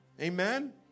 Amen